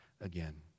again